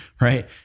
Right